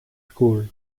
school